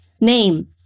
name